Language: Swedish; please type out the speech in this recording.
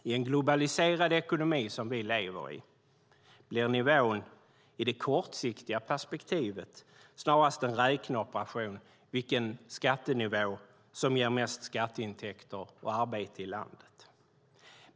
I en globaliserad ekonomi, som vi lever i, blir nivån i det kortsiktiga perspektivet snarast en räkneoperation som handlar om vilken skattenivå som ger mest skatteintäkter och arbete i landet.